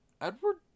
Edward